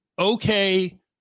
okay